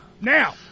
Now